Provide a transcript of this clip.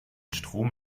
strom